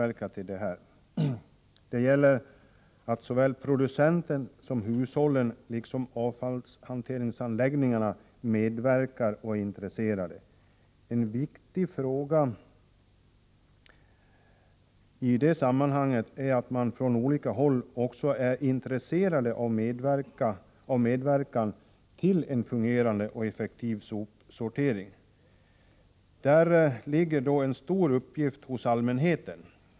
Det gäller att såväl producenten och hushållen som avfallshanteringsanläggningarna medverkar och är intresserade. Viktigt i sammanhanget är att man på olika håll också är intresserad av medverkan till en fungerande och effektiv sopsortering. Här har allmänheten en stor uppgift.